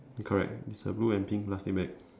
correct it's a blue and pink plastic bag